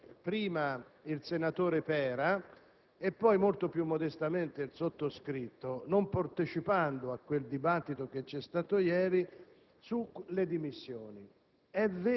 lo abbiamo sollevato ieri - prima il senatore Pera e poi, molto più modestamente, il sottoscritto - non partecipando al dibattito sulle dimissioni.